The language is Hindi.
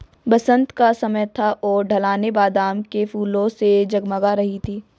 बसंत का समय था और ढलानें बादाम के फूलों से जगमगा रही थीं